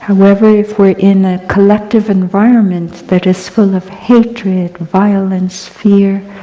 however, if we are in a collective environment that is full of hatred, violence, fear,